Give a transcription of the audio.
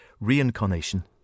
reincarnation